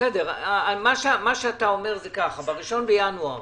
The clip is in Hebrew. אתה אומר שב-1 בינואר